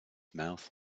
mouth